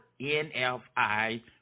NFI